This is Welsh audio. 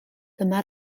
dyma